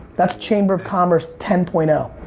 that's chamber of commerce ten point um